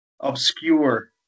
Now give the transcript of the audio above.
obscure